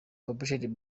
published